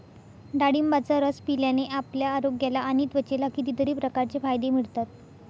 डाळिंबाचा रस पिल्याने आपल्या आरोग्याला आणि त्वचेला कितीतरी प्रकारचे फायदे मिळतात